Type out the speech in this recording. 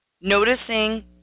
noticing